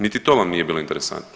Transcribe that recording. Niti to vam nije bilo interesantno.